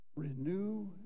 Renew